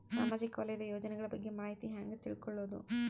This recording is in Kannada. ಸಾಮಾಜಿಕ ವಲಯದ ಯೋಜನೆಗಳ ಬಗ್ಗೆ ಮಾಹಿತಿ ಹ್ಯಾಂಗ ತಿಳ್ಕೊಳ್ಳುದು?